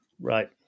Right